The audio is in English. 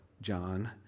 John